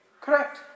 Correct